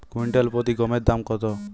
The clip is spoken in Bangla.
কুইন্টাল প্রতি গমের দাম কত?